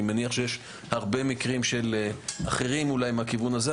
אני מניח שיש הרבה מקרים אחרים מהכיוון הזה,